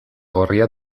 gorria